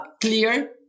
clear